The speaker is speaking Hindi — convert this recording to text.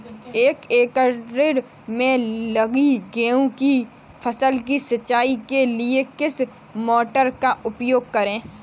एक एकड़ में लगी गेहूँ की फसल की सिंचाई के लिए किस मोटर का उपयोग करें?